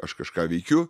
aš kažką veikiu